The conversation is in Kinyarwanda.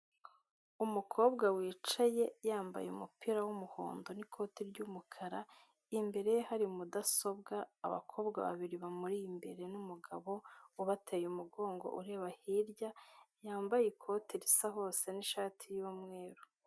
Umukobwa wicaye yambaye umupira w'umuhondo n'ikote ry'umukara, imbere ye hari mudasobwa, abakobwa babiri bamuri imbere n'umugabo ubateye umugongo ureba hirya, yambaye ikote risa hose n'ishati y'umweru.